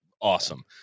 awesome